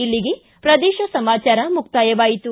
ಇಲ್ಲಿಗೆ ಪ್ರದೇಶ ಸಮಾಚಾರ ಮುಕ್ತಾಯವಾಯಿತು